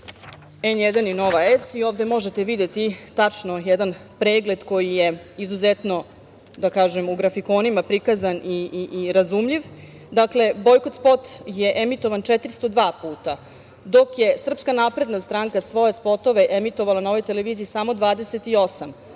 N1 i Nova S. Ovde možete videti tačno jedan pregled koji je izuzetno u grafikonima prikazan i razumljiv. Dakle, bojkot spot je emitovan 402 puta, dok je SNS svoje spotove emitovala na ovoj televiziji samo 28,